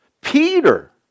Peter